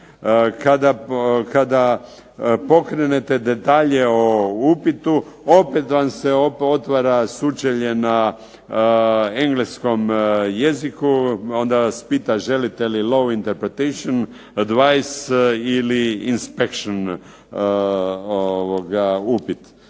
Kada pokrenete detalje o upitu, opet vam se otvara sučelje na engleskom jeziku, onda vas pita želite li low interpretation advice ili inspection upit.